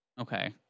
Okay